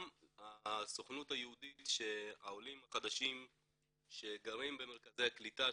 גם הסוכנות היהודית שהעולים החדשים שגרים במרכזי הקליטה,